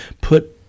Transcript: put